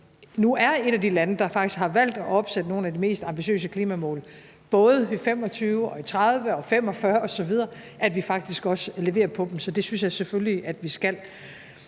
nu er et af de lande, der faktisk har valgt at opsætte nogle af de mest ambitiøse klimamål, både i 2025 og i 2030 og i 2045 osv., faktisk også leverer på dem. Så det synes jeg selvfølgelig vi skal.